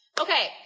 Okay